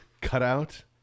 cutout